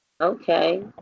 Okay